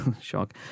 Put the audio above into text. shock